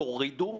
תורידו,